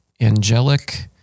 angelic